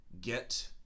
get